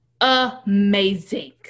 Amazing